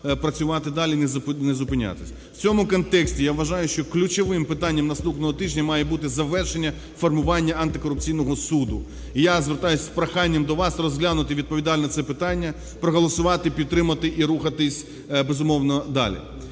працювати далі і не зупинятись. В цьому контексті, я вважаю, що ключовим питанням наступного тижня має бути завершення формування антикорупційного суду. І я звертаюсь з проханням до вас розглянути відповідально це питання, проголосувати, підтримати і рухатись, безумовно, далі.